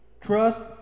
Trust